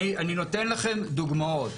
אני נותן לכם דוגמאות.